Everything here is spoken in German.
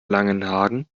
langenhagen